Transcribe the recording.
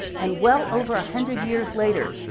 and well over a hundred years later,